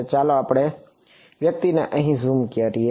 તો ચાલો આ વ્યક્તિને અહીં જ ઝૂમ કરીએ